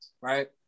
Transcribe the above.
right